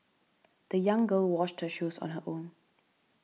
the young girl washed her shoes on her own